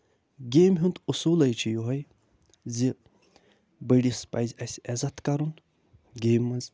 گٮ۪مہِ ہُند اوٚصوٗلُے چھُ یِہوے زِ بٔڑِس پَزِ اَسہِ عزتھ کَرُن گٮ۪مہِ منٛز